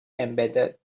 embedded